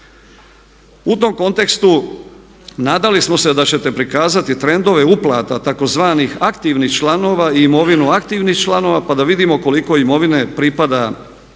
U tom kontekstu nadali smo se da ćete prikazati trendove uplata tzv. aktivnih članova i imovinu aktivnih članova pa da vidimo koliko imovine pripada pod